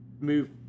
move